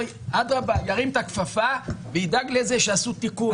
ירים את הכפפה וידאג לזה שיעשו תיקון.